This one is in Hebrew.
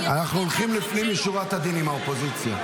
הולכים לפנים משורת הדין עם האופוזיציה.